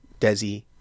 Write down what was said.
desi